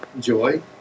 joy